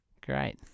Great